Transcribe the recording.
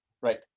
Right